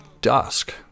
Dusk